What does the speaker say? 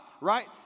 right